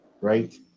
right